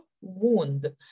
wound